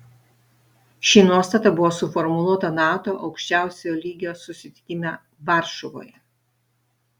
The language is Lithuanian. ši nuostata buvo suformuluota nato aukščiausiojo lygio susitikime varšuvoje